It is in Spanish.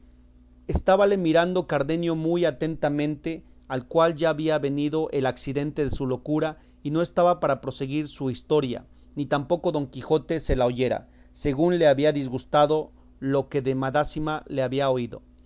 diere estábale mirando cardenio muy atentamente al cual ya había venido el accidente de su locura y no estaba para proseguir su historia ni tampoco don quijote se la oyera según le había disgustado lo que de madásima le había oído